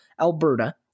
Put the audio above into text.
Alberta